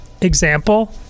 example